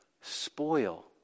spoil